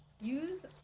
use